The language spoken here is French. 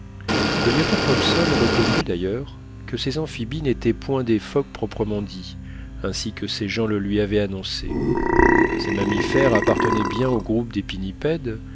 le lieutenant hobson reconnut d'ailleurs que ces amphibies n'étaient point des phoques proprement dits ainsi que ses gens le lui avaient annoncé ces mammifères appartenaient bien au groupe des pinnipèdes